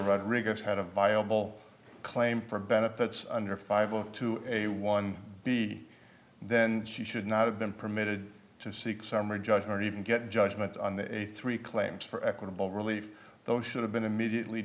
rodriguez had a viable claim for benefits under five a to a one b then she should not have been permitted to seek summary judgment or even get judgment on the three claims for equitable relief though should have been immediately